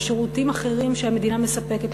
לשירותים אחרים שהמדינה מספקת,